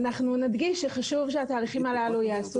אנחנו נדגיש שחשוב שהתהליכים הללו ייעשו